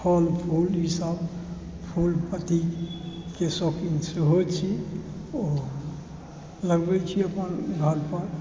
फल फूल ई सब फूल पत्तीके शौकीन सेहो छी ओ लगबै छी अपन घरपर